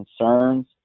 concerns